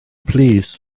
plîs